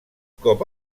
cop